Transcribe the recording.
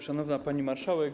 Szanowna Pani Marszałek!